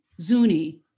Zuni